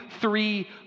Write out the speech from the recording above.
three